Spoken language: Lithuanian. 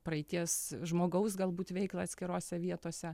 praeities žmogaus galbūt veiklą atskirose vietose